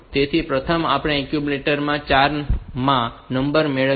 તેથી પ્રથમ આપણે એક્યુમ્યુલેટર માં નંબર મેળવીએ છીએ